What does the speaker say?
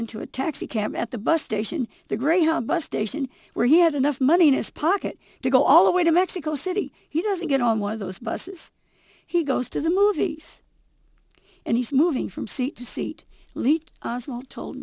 into a taxi cab at the bus station the greyhound bus station where he had enough money in his pocket to go all the way to mexico city he doesn't get on one of those buses he goes to the movies and he's moving from seat to seat lea